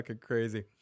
crazy